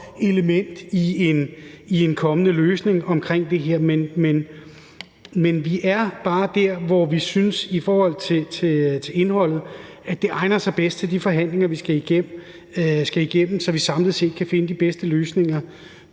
element i en kommende løsning på det her. Men vi er bare der, hvor vi synes i forhold til indholdet, at det egner sig bedst til de forhandlinger, vi skal igennem, så vi samlet set kan finde de bedste løsninger